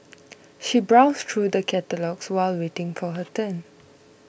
she browsed through the catalogues while waiting for her turn